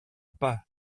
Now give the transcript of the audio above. pas